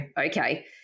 okay